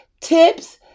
tips